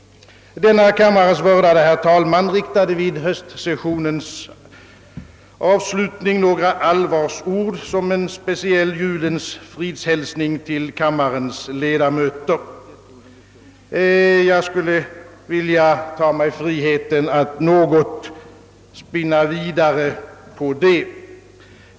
Denna kammares vördade herr talman riktade vid höstsessionens avslutning några allvarsord som en speciell julens. fridshälsning till kammarens ledamöter. Jag skulle vilja ta mig friheten att något spinna vidare på det kapitlet.